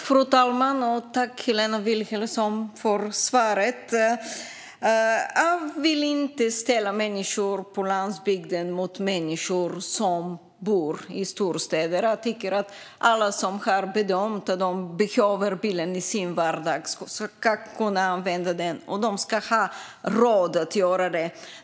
Fru talman! Jag tackar Helena Vilhelmsson för svaret. Jag vill inte ställa människor på landsbygden mot människor som bor i storstäder. Jag tycker att alla som har bedömt att de behöver bilen i sin vardag ska kunna använda den, och de ska ha råd att göra det.